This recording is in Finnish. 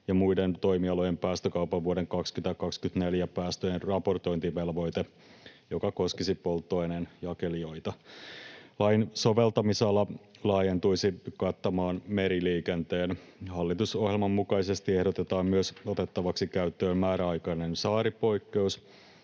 ja muiden toimialojen päästökaupan vuoden 2024 päästöjen raportointivelvoite, joka koskisi polttoaineen jakelijoita. Lain soveltamisala laajentuisi kattamaan meriliikenteen. Hallitusohjelman mukaisesti ehdotetaan myös otettavaksi käyttöön määräaikainen saaripoikkeus,